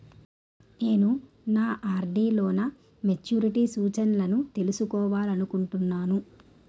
నేను నా ఆర్.డి లో నా మెచ్యూరిటీ సూచనలను తెలుసుకోవాలనుకుంటున్నాను